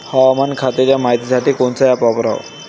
हवामान खात्याच्या मायतीसाठी कोनचं ॲप वापराव?